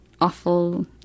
awful